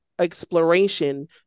exploration